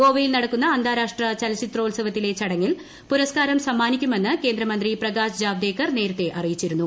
ഗോവയിൽ നടക്കുന്ന അന്താരാഷ്ട്ര ചലച്ചിത്രോത്സവത്തിലെ ചടങ്ങിൽ പുരസ്കാരം സമ്മാനിക്കുമെന്ന് കേന്ദ്രമന്ത്രി പ്രകാശ് ജാവദേക്കർ നേരത്തേ അറിയിച്ചിരുന്നു